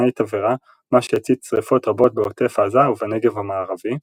תבערה מה שהצית שריפות רבות בעוטף עזה ובנגב המערבי,